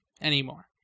anymore